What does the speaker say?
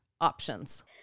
options